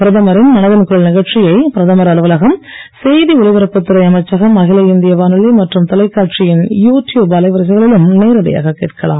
பிரதமரின் மனதின் குரல் நிகழ்ச்சியை பிரதமர் அலுவலகம் செய்தி ஒலிபரப்புத் துறை அமைச்சகம் அகில இந்திய வானொலி மற்றும் தொலைக்காட்சியின் யு டியுப் அலைவரிசைகளிலும் நேரடியாக கேட்கலாம்